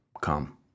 come